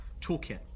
toolkit